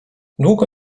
długo